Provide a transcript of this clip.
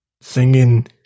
singing